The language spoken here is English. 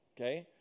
okay